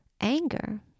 anger